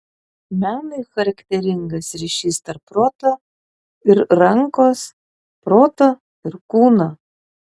menui charakteringas ryšys tarp proto ir rankos proto ir kūno